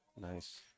Nice